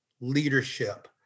leadership